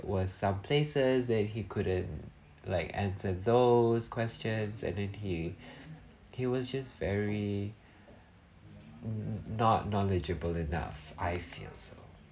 was some places that he couldn't like answer those questions and then he he was just very n~ not knowledgeable enough I feel so